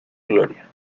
gloria